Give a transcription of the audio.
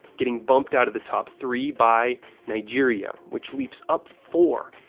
getting bumped out of the top three by nigeria, which leaps up four.